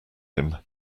him